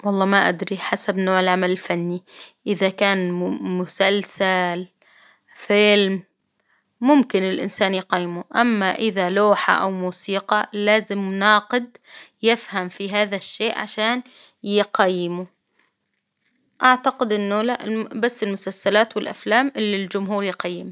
والله ما أدري حسب نوع العمل الفني، إذا كان مو مسلسل فيلم ممكن الإنسان يقيمه، أما إذا لوحة أو موسيقى لازم ناقد يفهم في هذا الشيء عشان يقيمه، أعتقد إنه لأبس المسلسلات والافلام اللي الجمهور يقيمها.